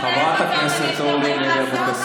חברת הכנסת אבקסיס,